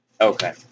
Okay